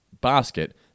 basket